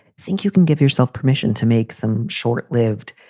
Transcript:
think you can give yourself permission to make some short lived.